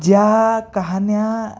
ज्या कहाण्या